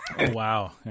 Wow